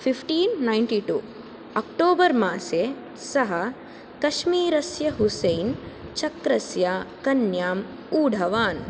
fifteen ninety two October मासे सः कश्मीरस्य हुसैन् चक्रस्य कन्याम् ऊढवान्